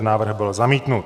Návrh byl zamítnut.